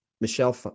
Michelle